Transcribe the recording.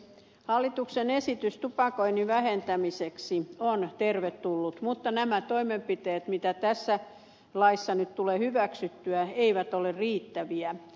hallituksen esitys tupakoinnin vähentämiseksi on tervetullut mutta nämä toimenpiteet mitä tässä laissa nyt tulee hyväksyttyä eivät ole riittäviä